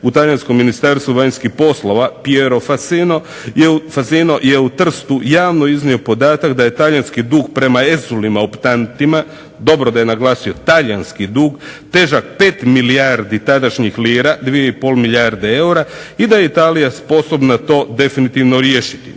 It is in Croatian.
u talijanskom Ministarstvu vanjskih poslova Pierro Faseno je u Trstu javno iznio podatak da je talijanski dug prema Ezulima optantima, dobro da je naglasio talijanski dug težak 5 milijardi tadašnjih lira. Dvije i pol milijarde eura i da je Italija sposobna to definitivno riješiti.